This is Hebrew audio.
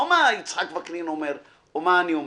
לא מה יצחק וקנין אומר או מה אני אומר.